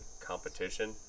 competition